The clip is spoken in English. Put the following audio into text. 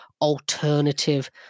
alternative